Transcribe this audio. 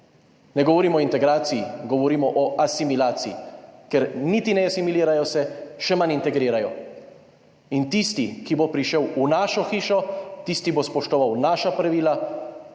Ne govorimo o integraciji, govorimo o asimilaciji, ker niti ne asimilirajo, se še manj integrirajo, in tisti, ki bo prišel v našo hišo, tisti bo spoštoval naša pravila